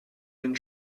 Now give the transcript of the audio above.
den